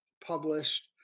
published